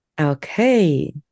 Okay